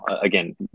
again